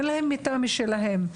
אין להם מיטה משלהם,